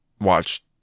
watch